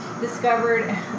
discovered